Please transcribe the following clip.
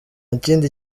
kindi